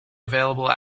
available